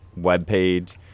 webpage